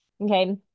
okay